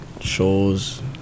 shows